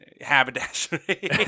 Haberdashery